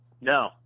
No